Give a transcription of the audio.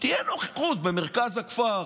כדי שתהיה נוכחות במרכז הכפר,